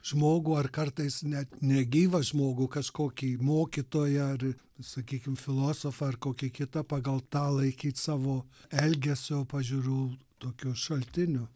žmogų ar kartais net negyvą žmogų kažkokį mokytoją ar sakykim filosofą ar kokį kitą pagal tą laikyt savo elgesio pažiūrų tokiu šaltiniu